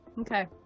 Okay